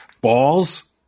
Balls